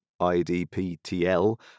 IDPTL